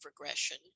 regression